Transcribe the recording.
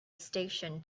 station